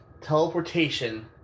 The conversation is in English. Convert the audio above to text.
teleportation